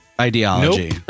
ideology